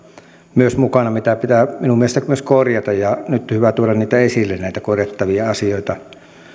mukana mitä pitää minun mielestäni korjata ja nyt on hyvä tuoda esille näitä korjattavia asioita